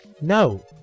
No